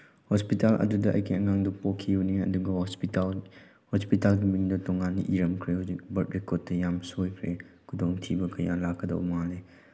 hospital ꯑꯗꯨꯗ ꯑꯩꯒꯤ ꯑꯉꯥꯡꯗꯨ ꯄꯣꯛꯈꯤꯕꯅꯤ ꯑꯗꯨꯒ ꯍꯣꯁꯄꯤꯇꯥꯜ ꯍꯣꯁꯄꯤꯇꯥꯜꯒꯤ ꯃꯤꯡꯗꯨ ꯇꯣꯉꯥꯟꯅ ꯏꯔꯝꯈ꯭ꯔꯦ ꯍꯧꯖꯤꯛ ꯕꯔꯠ ꯔꯦꯀꯣꯔꯠꯇ ꯌꯥꯝ ꯁꯣꯏꯈ꯭ꯔꯦ ꯈꯨꯗꯣꯡ ꯊꯤꯕ ꯀꯌꯥ ꯂꯥꯛꯀꯗꯧꯕ ꯃꯥꯜꯂꯦ